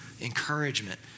encouragement